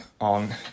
on